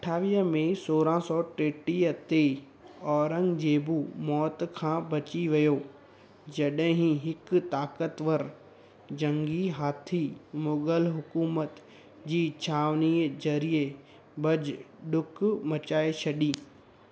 अठावीह मई सोरहं सौ टेटीह ते औरंगजेब मौत खां बची वियो जॾहिं हिक ताक़तवर जंगी हाथी मुग़ल हुक़ूमत जी छावनीअ ज़रिए भॼ डुक मचाए छॾी